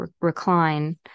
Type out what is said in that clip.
recline